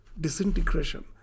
disintegration